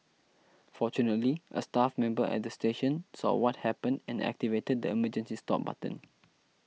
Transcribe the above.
fortunately a staff member at the station saw what happened and activated the emergency stop button